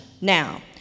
Now